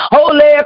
Holy